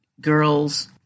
girls